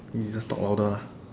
we just talk louder lah